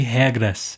regras